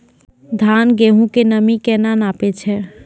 धान, गेहूँ के नमी केना नापै छै?